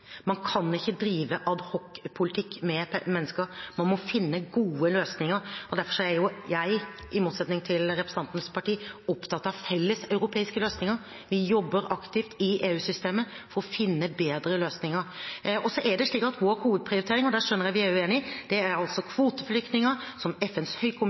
Man kan ikke drive adhoc-politikk med mennesker, man må finne gode løsninger. Derfor er jeg, i motsetning til representantens parti, opptatt av felles europeiske løsninger. Vi jobber aktivt i EU-systemet for å finne bedre løsninger. Vår hovedprioritering – og der skjønner jeg at vi er uenige – er kvoteflyktninger, som FNs høykommissær prioriterer, og som vi henter, og som vi vet har beskyttelsesbehov. Jeg skjønner at tv-kameraet står på Moria, men det er